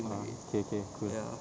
ah okay okay good